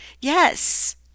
Yes